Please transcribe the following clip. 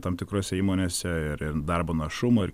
tam tikrose įmonėse ir darbo našumo ir